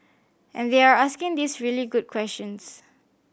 and they're asking these really good questions